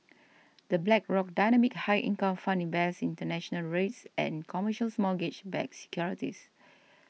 the Blackrock Dynamic High Income Fund invests international Reits and commercials mortgage backed securities